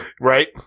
right